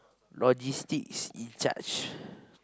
logistics in charge